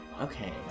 Okay